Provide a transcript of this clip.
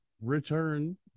return